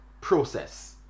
process